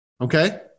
okay